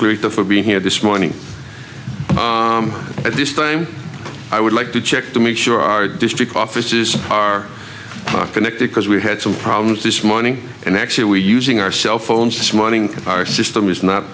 greta for being here this morning at this time i would like to check to make sure our district offices are connected because we had some problems this morning and actually we using our cell phones this morning our system is not